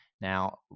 Now